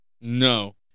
No